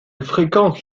fréquente